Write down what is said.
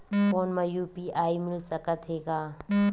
Phone मा UPI मिल सकत हे का?